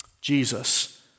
Jesus